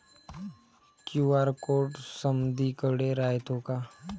QR code समदीकडे रायतो का?